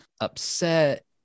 upset